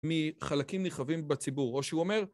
מחלקים נרחבים בציבור, או שהוא אומר